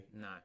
No